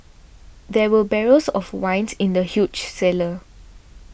there were barrels of wine in the huge cellar